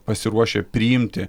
pasiruošę priimti